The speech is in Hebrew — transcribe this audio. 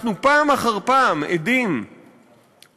אנחנו פעם אחר פעם עדים לכך